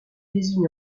désigne